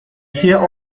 sehr